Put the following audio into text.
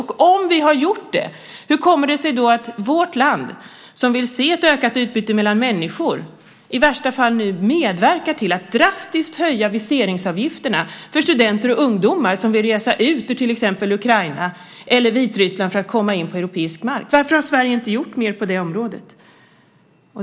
Och om vi har gjort det, hur kommer det sig då att vårt land, som vill se ett ökat utbyte mellan människor, i värsta fall medverkar till att drastiskt höja viseringsavgifterna för studenter och ungdomar som vill resa ut ur till exempel Ukraina eller Vitryssland för att komma in på europeisk mark? Varför har Sverige inte gjort mer på det området?